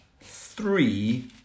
three